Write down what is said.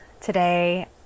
today